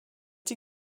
die